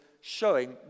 showing